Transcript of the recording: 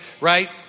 right